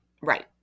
Right